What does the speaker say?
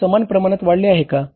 तो समान प्रमाणात वाढले आहे का